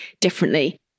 differently